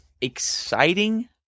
exciting